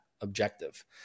objective